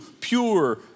pure